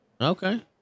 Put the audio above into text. Okay